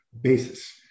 basis